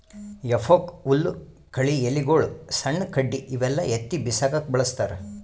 ಹೆಫೋಕ್ ಹುಲ್ಲ್ ಕಳಿ ಎಲಿಗೊಳು ಸಣ್ಣ್ ಕಡ್ಡಿ ಇವೆಲ್ಲಾ ಎತ್ತಿ ಬಿಸಾಕಕ್ಕ್ ಬಳಸ್ತಾರ್